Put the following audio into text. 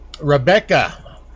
Rebecca